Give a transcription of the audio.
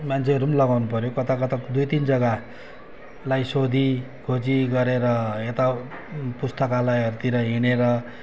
मान्छेहरू पनि लगाउनु पऱ्यो कताकता दुई तिन जग्गालाई सोधीखोजी गरेर यता पुस्तकालयहरूतिर हिँडेर